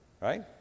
Right